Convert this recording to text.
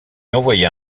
envoya